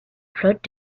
flotte